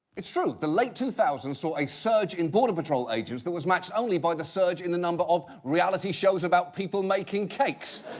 it's true. the late two thousand s saw a surge in border patrol agents that was matched only by the surge in the number of reality shows about people making cakes.